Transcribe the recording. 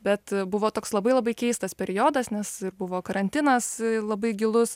bet buvo toks labai labai keistas periodas nes ir buvo karantinas labai gilus